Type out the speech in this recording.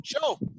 show